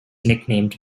nicknamed